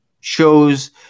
shows